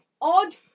Odd